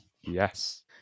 Yes